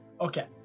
Okay